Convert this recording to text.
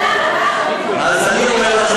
אז למה, ?